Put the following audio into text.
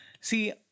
See